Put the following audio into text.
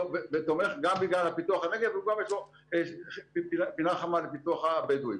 גם בגלל פיתוח הנגב וגם יש לו פינה חמה לפיתוח הבדואים.